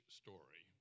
story